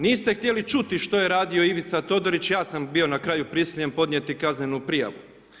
Niste htjeli čuti što je radio Ivica Todorić, ja sam bio na kraju prisiljen podnijeti kaznenu prijavu.